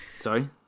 Sorry